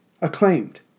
acclaimed